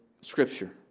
Scripture